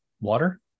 water